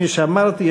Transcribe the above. כפי שאמרתי,